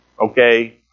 Okay